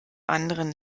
anderen